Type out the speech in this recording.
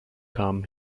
kamen